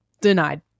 denied